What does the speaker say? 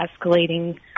escalating